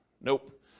nope